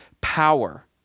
power